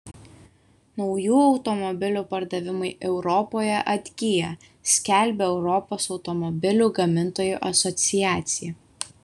naujų automobilių pardavimai europoje atgyja skelbia europos automobilių gamintojų asociacija